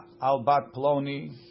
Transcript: al-bat-ploni